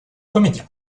comédien